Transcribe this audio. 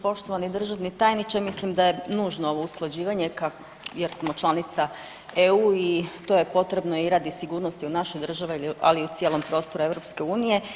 Poštovani državni tajniče mislim da je nužno ovo usklađivanje jer smo članica EU i to je potrebno i radi sigurnosti u našoj državi, ali i u cijelom prostoru EU.